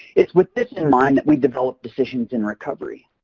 it's with this in mind that we developed decisions in recovery.